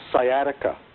sciatica